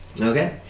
Okay